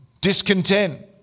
discontent